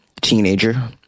teenager